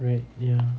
right ya